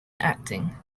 acting